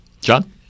John